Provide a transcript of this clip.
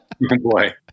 boy